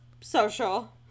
social